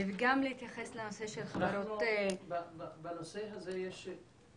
וגם להתייחס לנושא של --- בנושא הזה בהסכם